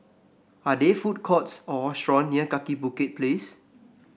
are there food courts or restaurant near Kaki Bukit Place